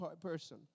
person